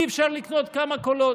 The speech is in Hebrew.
אי-אפשר לקנות כמה קולות,